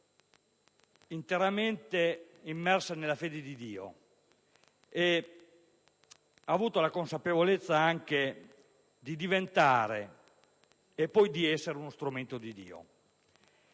interamente immersa nella fede di Dio, nella consapevolezza anche di diventare e poi di essere uno strumento di Dio.